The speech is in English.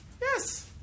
yes